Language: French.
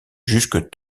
jusque